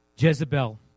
Jezebel